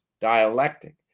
dialectic